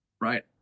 right